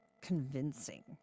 convincing